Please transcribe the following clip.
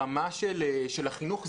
ברמה של החינוך,